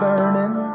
Burning